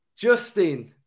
Justin